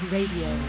Radio